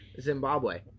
Zimbabwe